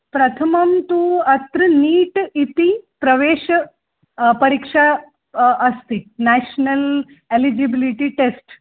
प्रथमं तु अत्र् नीट् इति प्रवेशः परीक्षा अस्ति नेषनल् एलिजिबिलिटि टेस्ट्